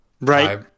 right